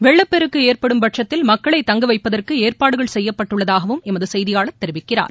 வெள்ளப்பெருக்கு ஏற்படும் பட்சத்தில் மக்களை தங்கவைப்பதற்கு ஏற்பாடுகள் செய்யப்பட்டுள்ளதாகவும் எமது செய்தியாளர் தெரிவிக்கிறார்